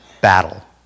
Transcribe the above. battle